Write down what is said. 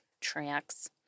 tracks